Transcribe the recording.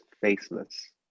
faceless